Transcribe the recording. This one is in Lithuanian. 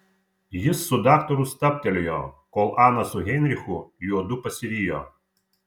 jis su daktaru stabtelėjo kol ana su heinrichu juodu pasivijo